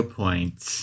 points